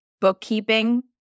bookkeeping